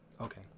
okay